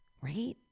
right